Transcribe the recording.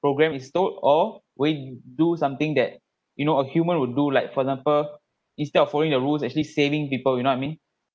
program is told or we do something that you know a human will do like for example instead of following the rules actually saving people you I mean